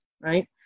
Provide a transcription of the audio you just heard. right